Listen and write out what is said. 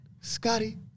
Scotty